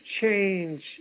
change